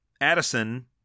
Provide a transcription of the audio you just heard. Addison